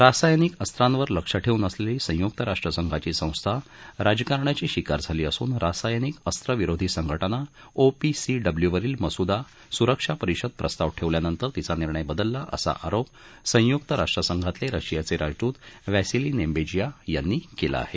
रासायनिक अस्तांवर लक्ष ठेवून असलेली संयुक राष्ट्रसंघाची संस्था राजकारणाची शिकार झाली असून रासायनिक अस्त्र विरोधी संघटना ओपीसीडब्ल्यूवरील मसुदा सुरक्षा परिषद प्रस्ताव ठेवल्यानंतर तिचा निर्णय बदलला असा आरोप संयुक्त राष्ट्रसंघातले रशियाचे राजदूत वॅसिली नेंबेजिया यांनी केला आहे